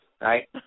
right